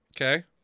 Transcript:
Okay